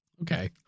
Okay